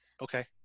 Okay